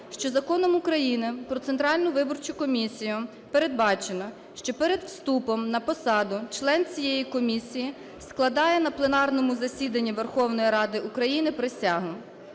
що Законом України "Про Центральну виборчу комісію" передбачено, що перед вступом на посаду член цієї комісії складає на пленарному засіданні Верховної Ради України присягу.